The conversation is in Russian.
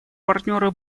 партнеры